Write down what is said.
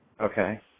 Okay